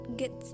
get